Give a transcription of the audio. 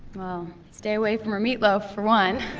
well, stay away from her meatloaf, for one.